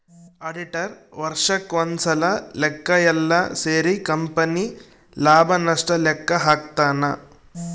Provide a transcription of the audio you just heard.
auditor ವರ್ಷಕ್ ಒಂದ್ಸಲ ಲೆಕ್ಕ ಯೆಲ್ಲ ಸೇರಿ ಕಂಪನಿ ಲಾಭ ನಷ್ಟ ಲೆಕ್ಕ ಹಾಕ್ತಾನ